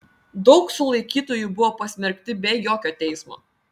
daug sulaikytųjų buvo pasmerkti be jokio teismo